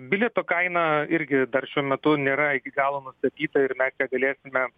bilieto kaina irgi dar šiuo metu nėra iki galo nusatyta ir mes ją galėsime